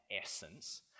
essence